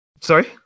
Sorry